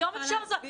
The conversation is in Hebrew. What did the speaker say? היום, זה אפשרי.